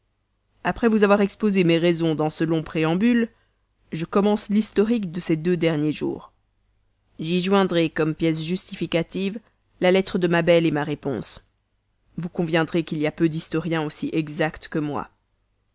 après vous avoir exposé mes raisons dans ce long préambule je commence l'historique de ces deux derniers jours j'y joindrai comme pièces justificatives la lettre de ma belle ma réponse vous conviendrez qu'il y a peu d'historiens plus exacts que moi